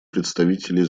представителей